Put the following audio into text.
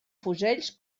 fusells